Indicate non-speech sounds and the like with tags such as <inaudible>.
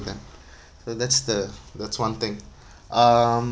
ya so that's the that's one thing <breath> um